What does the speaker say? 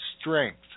strength